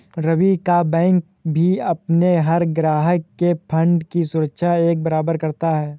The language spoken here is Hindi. रवि का बैंक भी अपने हर ग्राहक के फण्ड की सुरक्षा एक बराबर करता है